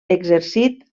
exercit